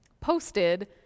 posted